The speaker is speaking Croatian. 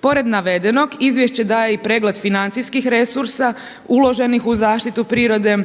Pored navedenog izvješće daje i pregled financijskih resursa uloženih u zaštitu prirode